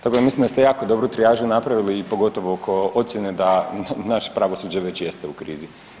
Tako da mislim da ste jako dobru trijažu napravili i pogotovo oko ocjene da naše pravosuđe već jeste u krizi.